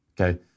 Okay